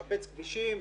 לשפץ כבישים,